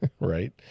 right